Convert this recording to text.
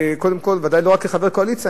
קודם כול לא רק כחבר קואליציה,